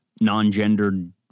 non-gendered